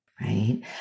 right